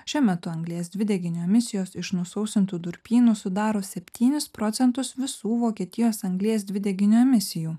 šiuo metu anglies dvideginio emisijos iš nusausintų durpynų sudaro septynis procentus visų vokietijos anglies dvideginio emisijų